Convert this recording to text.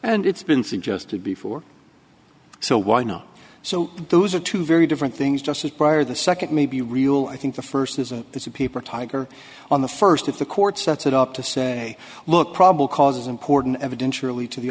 and it's been suggested before so why no so those are two very different things just as prior the second may be real i think the first is a it's a paper tiger on the first if the court sets it up to say look probable cause is important evidence surely to the